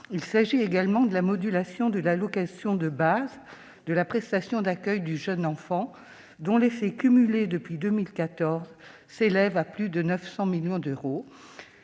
2014 et 2019, de la modulation de l'allocation de base de la prestation d'accueil du jeune enfant, dont l'effet cumulé depuis 2014 s'élève à plus de 900 millions d'euros,